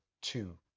two